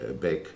back